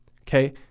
Okay